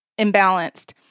imbalanced